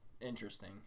interesting